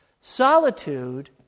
solitude